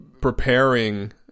preparing